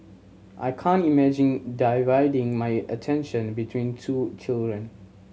I can't imagine dividing my attention between two children